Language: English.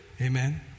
Amen